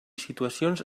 situacions